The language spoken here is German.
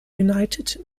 united